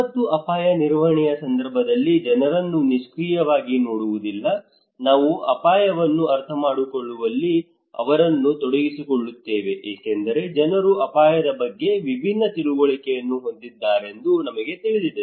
ವಿಪತ್ತು ಅಪಾಯ ನಿರ್ವಹಣೆಯ ಸಂದರ್ಭದಲ್ಲಿ ಜನರನ್ನು ನಿಷ್ಕ್ರಿಯವಾಗಿ ನೋಡುವುದಿಲ್ಲ ನಾವು ಅಪಾಯವನ್ನು ಅರ್ಥಮಾಡಿಕೊಳ್ಳುವಲ್ಲಿ ಅವರನ್ನು ತೊಡಗಿಸಿಕೊಳ್ಳುತ್ತೇವೆ ಏಕೆಂದರೆ ಜನರು ಅಪಾಯದ ಬಗ್ಗೆ ವಿಭಿನ್ನ ತಿಳುವಳಿಕೆಯನ್ನು ಹೊಂದಿದ್ದಾರೆಂದು ನಮಗೆ ತಿಳಿದಿದೆ